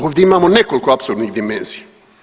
Ovdje imamo nekoliko apsurdnih dimenzija.